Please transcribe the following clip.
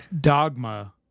Dogma